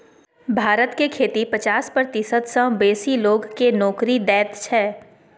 भारत के खेती पचास प्रतिशत सँ बेसी लोक केँ नोकरी दैत छै